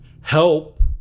help